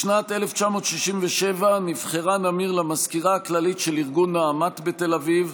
בשנת 1967 נבחרה נמיר למזכירה הכללית של ארגון נעמת בתל אביב,